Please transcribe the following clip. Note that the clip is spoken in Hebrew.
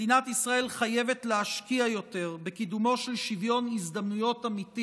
מדינת ישראל חייבת להשקיע יותר בקידומו של שוויון הזדמנויות אמיתי